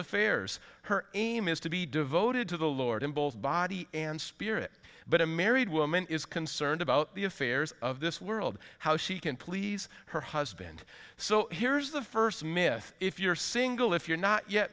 affairs her aim is to be devoted to the lord in both body and spirit but a man married woman is concerned about the affairs of this world how she can please her husband so here's the first myth if you're single if you're not yet